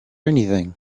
anything